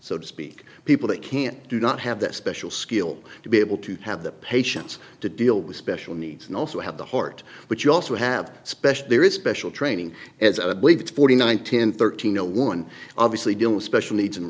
so to speak people that can't do not have that special skill to be able to have the patience to deal with special needs and also have the heart but you also have a special there is special training as i believe it's forty nine ten thirteen no one obviously dealing with special needs and